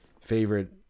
favorite